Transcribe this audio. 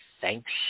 thanks